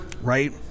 right